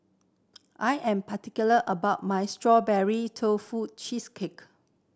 I am particular about my Strawberry Tofu Cheesecake